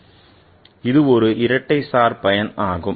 Refer Time 1416 இது ஒரு இரட்டை சார் பயன் ஆகும்